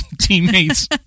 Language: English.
teammates